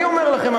אני אומר לכם,